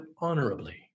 honorably